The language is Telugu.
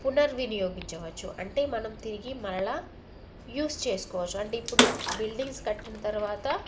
పునర్వినియోగించవచ్చు అంటే మనం తిరిగి మరలా యూజ్ చేసుకోవచ్చు అంటే ఇప్పుడు బిల్డింగ్స్ కట్టిన తర్వాత